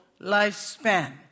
lifespan